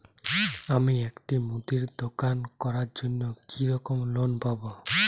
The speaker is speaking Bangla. আমি একটি মুদির দোকান করার জন্য কি রকম লোন পাব?